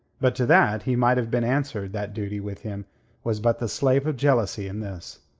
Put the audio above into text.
but to that he might have been answered that duty with him was but the slave of jealousy in this.